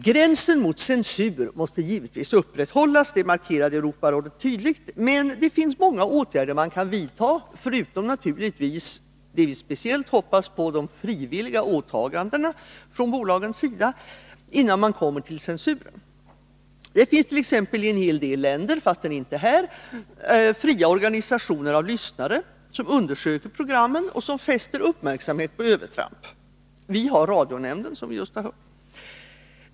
Gränsen mot censur måste givetvis upprätthållas — det markerade Europarådet tydligt. Men det finns många åtgärder man kan vidta innan man kommer till censur. Vad vi naturligtvis hoppas speciellt på är frivilliga åtaganden från bolagens sida. Det finns också i en hel del länder — fastän inte här — fria organisationer av lyssnare som undersöker programmen och fäster uppmärksamhet på övertramp. Här har vi radionämnden, som vi just har hört.